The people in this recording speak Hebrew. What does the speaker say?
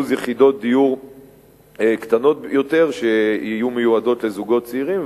יחידות דיור קטנות יותר שיהיו מיועדות לזוגות צעירים,